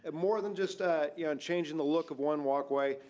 and more than just ah yeah changing the look of one walk way,